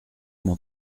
mon